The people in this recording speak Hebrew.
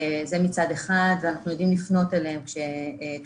זה מצד אחד, אנחנו יודעים לפנות אליהם כשצריך.